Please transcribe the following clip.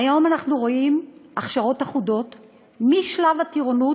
היום אנחנו רואים הכשרות אחודות משלב הטירונות,